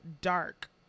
dark